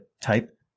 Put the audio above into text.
type